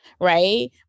Right